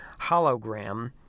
Hologram